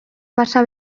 pasa